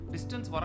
Distance